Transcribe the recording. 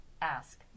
ask